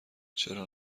چرا